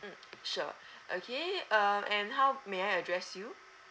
mm sure okay uh and how may I address you